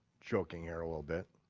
joking here a little bit.